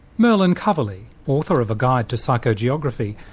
merlin coverley, author of a guide to psychogeography,